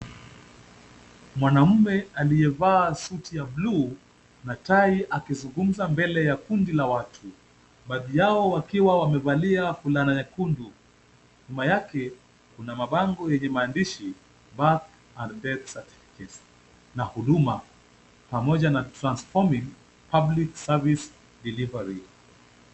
Mwanamume aliyevaa suti ya buluu, na tai akizungumza mbele ya watu baadhi yao wakiwa wamevalia fulana nyekundu. Nyuma yake kuna bango lenye maandishi birth and death certificate pamoja na transforming public service delivery .